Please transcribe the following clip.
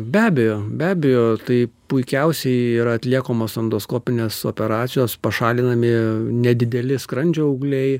be abejo be abejo tai puikiausiai yra atliekamos endoskopinės operacijos pašalinami nedideli skrandžio augliai